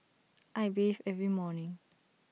I bathe every morning